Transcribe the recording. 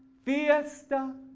fiesta,